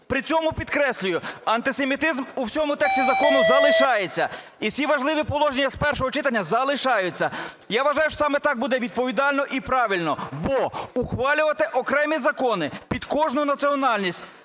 При цьому, підкреслюю, антисемітизм у всьому тексті закону залишається і всі важливі положення з першого читання залишаються. Я вважаю, що саме так буде відповідально і правильно, бо ухвалювати окремі закони під кожну національність